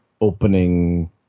opening